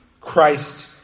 Christ